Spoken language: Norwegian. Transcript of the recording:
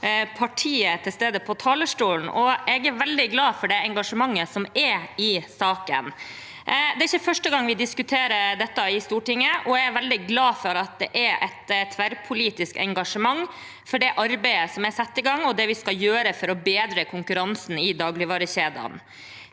partiet til stede på talerstolen. Jeg er veldig glad for det engasjementet som er i saken. Det er ikke første gang vi diskuterer dette i Stortinget. Jeg er veldig glad for at det er et tverrpolitisk engasjement for det arbeidet som er satt i gang, og det vi skal gjøre for å bedre konkurransen i dagligvarekjedene.